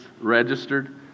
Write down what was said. registered